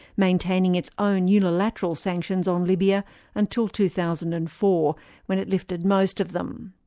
maintaining its own unilateral sanctions on libya until two thousand and four when it lifted most of them.